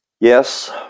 Yes